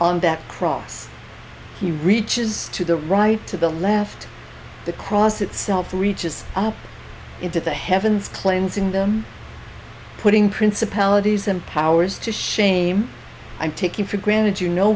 on that cross he reaches to the right to the left the cross itself reaches up into the heavens cleansing them putting principalities and powers to shame i'm taking for granted you know